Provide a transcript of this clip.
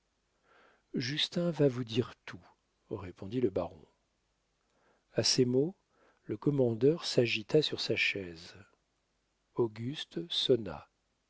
justin va vous dire tout répondit le baron a ces mots le commandeur s'agita sur sa chaise auguste sonna